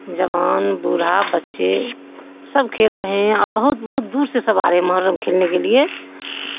جوان بوڑھا بچے سب کھیل رہے ہیں اور بہت بہت دور سے سب آ رہے ہیں محرم کھیلنے کے لیے